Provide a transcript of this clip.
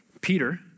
Peter